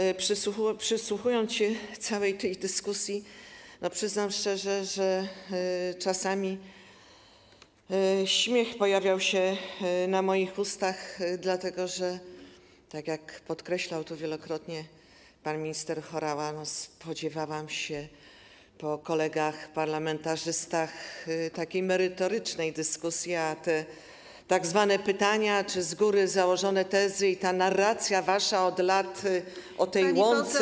Kiedy przysłuchiwałam się całej tej dyskusji, przyznam szczerze, że czasami śmiech pojawiał się na moich ustach, dlatego że tak jak podkreślał to wielokrotnie pan minister Horała, spodziewałam się po kolegach parlamentarzystach merytorycznej dyskusji, a te tzw. pytania czy z góry założone tezy i ta wasza narracja od lat o tej łące.